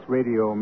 Radio